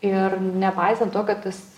ir nepaisant to kad tas